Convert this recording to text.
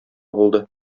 булды